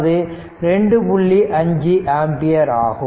5 ampere ஆகும்